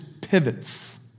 pivots